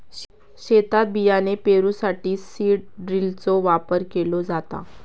शेतात बियाणे पेरूसाठी सीड ड्रिलचो वापर केलो जाता